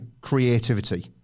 creativity